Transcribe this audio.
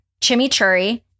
Chimichurri